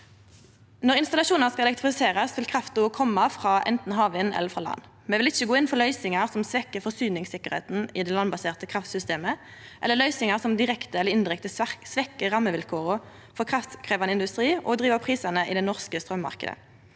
Når installasjonar skal elektrifiserast, vil krafta kome anten frå havvind eller frå land. Me vil ikkje gå inn for løysingar som svekkjer forsyningssikkerheita i det landbaserte kraftsystemet eller løysingar som direkte eller indirekte svekkjer rammevilkåra for kraftkrevjande industri og driv opp prisane i den norske straummarknaden.